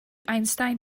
einstein